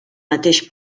mateix